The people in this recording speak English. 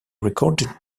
recorded